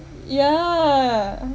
yeah